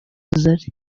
zari